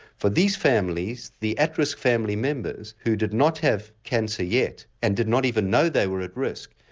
for these families the at risk family members who did not have cancer yet and did not even know they were at risk,